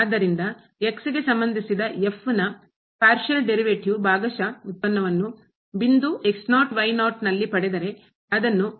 ಆದ್ದರಿಂದ ಗೆ ಸಂಬಂಧಿಸಿದ ನ ಪಾರ್ಷಿಯಲ್ ಡಿರವೇಟ್ಯೂ ಭಾಗಶಃ ಉತ್ಪನ್ನವನ್ನು ಬಿಂದು ಲ್ಲಿ ಪಡೆದರೆ ಅದನ್ನು ಎಂದು ಬರೆಯುತ್ತೇವೆ